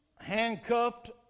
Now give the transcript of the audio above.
handcuffed